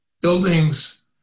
Buildings